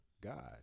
God